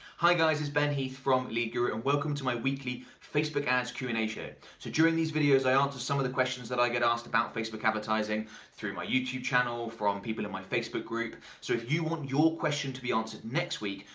hi guys it's ben heath from lead guru and welcome to my weekly facebook ads q and a show. so during these videos i answer some of the questions that i get asked about facebook advertising through my youtube channel, from people in my facebook group. so if you want your question to be answered next week,